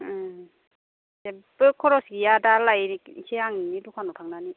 ओं जेबो खरस गैया दा लायनोसै आं नोंनि दखानाव थांनानै